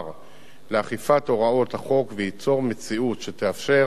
לאכיפת הוראות החוק וייצור מציאות שתאפשר